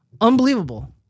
unbelievable